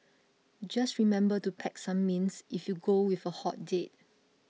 just remember to pack some mints if you go with a hot date